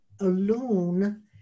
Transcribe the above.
alone